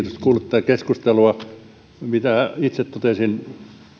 tätä keskustelua itse totesin